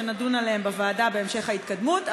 שנדון עליהם בוועדה בהמשך ההתקדמות,